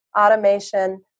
automation